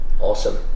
Awesome